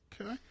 Okay